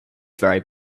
ferry